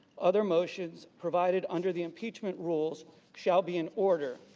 other motions provided under the impeachment rules shall be in order.